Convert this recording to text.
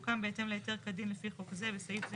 שהוקם בהתאם להיתר כדין לפי חוק זה )בסעיף זה,